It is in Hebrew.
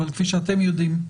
אבל כפי שאתם יודעים,